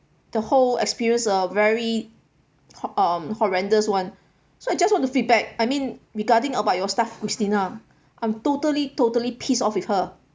the whole experience a very um horrendous one so I just want to feedback I mean regarding about your staff christina I'm totally totally pissed off with her